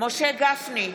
משה גפני,